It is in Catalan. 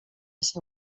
ser